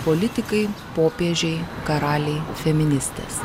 politikai popiežiai karaliai feministės